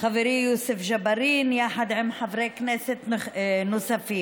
חברי יוסף ג'בארין יחד עם חברי כנסת נוספים.